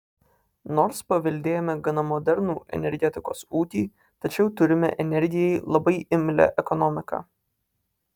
nors paveldėjome gana modernų energetikos ūkį tačiau turime energijai labai imlią ekonomiką